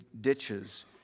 ditches